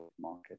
market